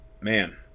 man